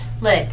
look